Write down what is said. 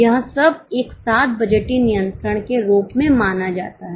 यह सब एक साथ बजटीय नियंत्रण के रूप में माना जाता है